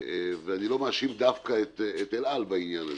ואני לא מאשים דווקא את אל על בעניין הזה.